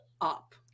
up